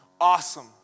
awesome